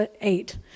eight